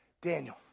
Daniel